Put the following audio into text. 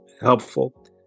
helpful